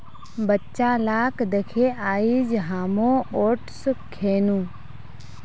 बच्चा लाक दखे आइज हामो ओट्स खैनु